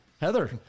Heather